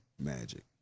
Magic